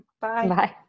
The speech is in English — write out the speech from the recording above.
Bye